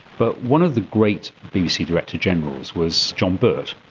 but one of the great bbc director generals was john birt,